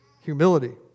humility